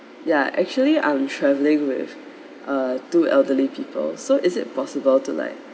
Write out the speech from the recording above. ya actually I'm travelling with uh two elderly people so is it possible to like